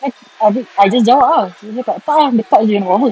I I I just jawab ah tak ah dekat jer nak buat apa